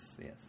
yes